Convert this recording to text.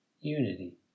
unity